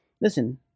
Listen